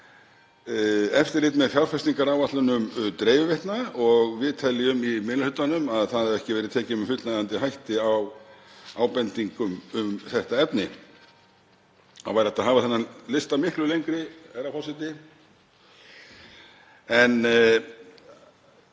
eftirlit með fjárfestingaráætlunum dreifiveitna og við teljum í minni hlutanum að það hafi ekki verið tekið með fullnægjandi hætti á ábendingum um þetta efni. Það væri hægt að hafa þennan lista miklu lengri, herra forseti. Að